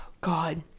God